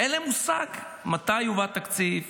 אין להם מושג מתי יובא תקציב,